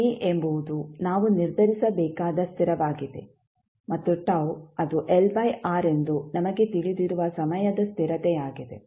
A ಎಂಬುದು ನಾವು ನಿರ್ಧರಿಸಬೇಕಾದ ಸ್ಥಿರವಾಗಿದೆ ಮತ್ತು τ ಅದು LR ಎಂದು ನಮಗೆ ತಿಳಿದಿರುವ ಸಮಯದ ಸ್ಥಿರತೆಯಾಗಿದೆ